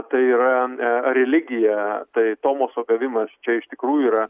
tai yra e religija tai tomoso gavimas čia iš tikrųjų yra